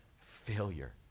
failure